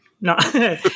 no